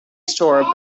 store